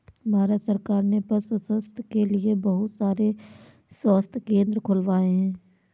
भारत सरकार ने पशु स्वास्थ्य के लिए बहुत सारे स्वास्थ्य केंद्र खुलवाए हैं